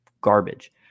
garbage